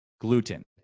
gluten